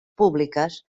públiques